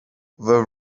were